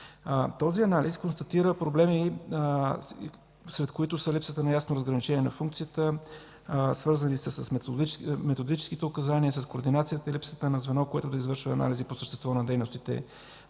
Този анализ констатира проблеми, сред които са: липсата на ясно разграничение на функцията; свързани са с методическите указания; с координацията и липсата на звено, което да извършва анализи по същество на дейностите;